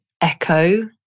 echo